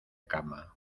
cama